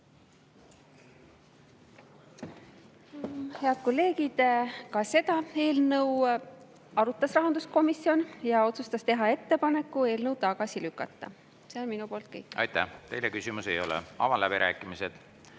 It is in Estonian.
Head kolleegid! Ka seda eelnõu arutas rahanduskomisjon ja otsustas teha ettepaneku eelnõu tagasi lükata. See on minu poolt kõik. Aitäh! Teile küsimusi ei ole. Avan läbirääkimised.